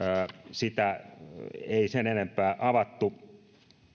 sitä ei sen enempää avattu